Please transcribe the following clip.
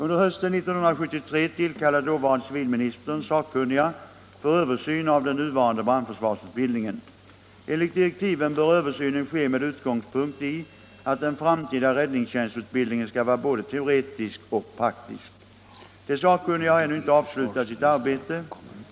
Under hösten 1973 tillkallade dåvarande civilministern sakkunniga för översyn av den nuvarande brandförsvarsutbildningen. Enligt direktiven bör översynen ske med utgångspunkt i att den framtida räddningstjänstutbildningen skall vara både teoretisk och praktisk. De sakkunniga har ännu inte avslutat sitt arbete.